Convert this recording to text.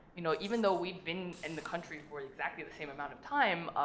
you know, even though we'd been in the country for exactly the same amount of time,